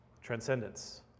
transcendence